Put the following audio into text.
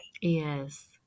Yes